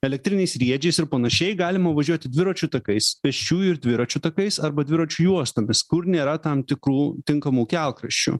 elektriniais riedžiais ir panašiai galima važiuoti dviračių takais pėsčiųjų ir dviračių takais arba dviračių juostomis kur nėra tam tikrų tinkamų kelkraščių